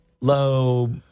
Low